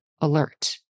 alert